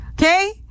Okay